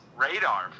radar